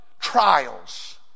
trials